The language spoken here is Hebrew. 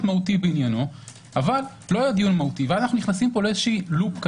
מהותי בעניינו אבל לא היה מהותי ואנו נכנסים ללופ.